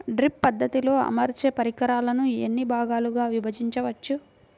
Drip పద్ధతిలో అమర్చే పరికరాలను ఎన్ని భాగాలుగా విభజించవచ్చు?